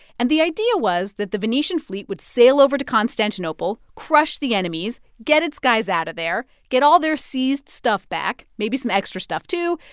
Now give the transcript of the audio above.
and the idea was that the venetian fleet would sail over to constantinople, crush the enemies, get its guys out of there, get all their seized stuff back, maybe some extra stuff, too,